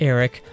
Eric